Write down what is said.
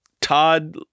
Todd